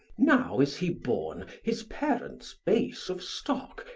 now is he born, his parents base of stock,